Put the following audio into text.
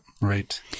right